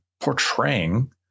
portraying